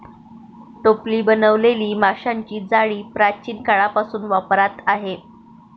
टोपली बनवलेली माशांची जाळी प्राचीन काळापासून वापरात आहे